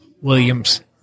Williams